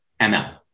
ML